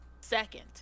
Second